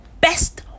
best